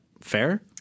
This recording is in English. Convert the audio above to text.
fair